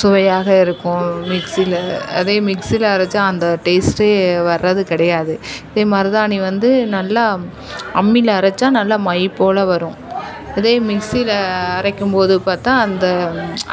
சுவையாக இருக்கும் மிக்ஸியில் அதை மிக்ஸியில் அரைச்சா அந்த டேஸ்ட்டே வரது கிடையாது இதே மாதிரி தான் அன்றைக்கு வந்து நல்லா அம்மியில் அரைச்சா நல்லா மை போல வரும் இதே மிக்ஸியில் அரைக்கும் போது பார்த்தா அந்த